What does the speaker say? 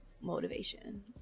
Motivation